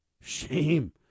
shame